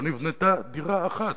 לא נבנתה דירה אחת.